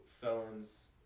felons